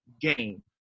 game